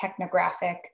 technographic